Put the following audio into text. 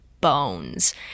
bones